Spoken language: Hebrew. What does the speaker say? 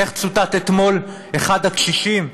איך צוטט אתמול אחד הקשישים?